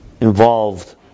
involved